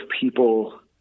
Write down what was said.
people